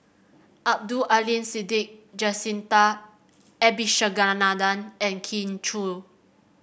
Abdul Aleem Siddique Jacintha Abisheganaden and Kin Chui